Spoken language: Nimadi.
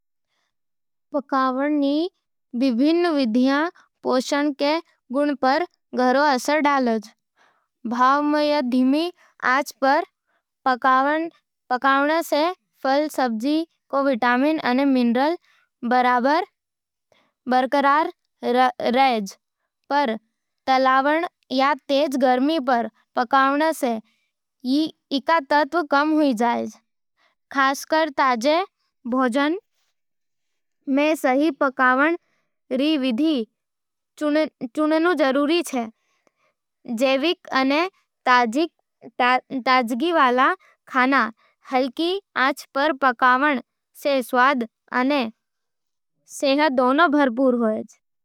पकावण री विभिन्न विधियां पोषण के गुणां पर गहरा असर करे है। भाप में या धीमी आँच पर पकावण से फल-सब्जी के विटामिन अने मिनरल बरकरार रहवे है, पर तलावण या तेज गर्मी पर पकावण से ई तत्व कम हो जावज। खासकर ताजे भोजन में सही पकावण री विधि चुनण जरूरी होवज। जैविक अने ताजगी वाला खाना, हल्की आँच पर पकावण से स्वाद अने सेहत दोणो बढ़ जावे|